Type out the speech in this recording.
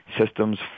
systems